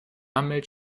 milch